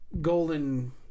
golden